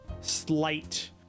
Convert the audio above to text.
slight